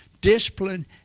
discipline